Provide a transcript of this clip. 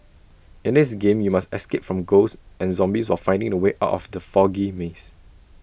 in this game you must escape from ghosts and zombies while finding the way out from the foggy maze